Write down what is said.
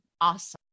awesome